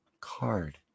card